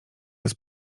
bez